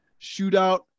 shootout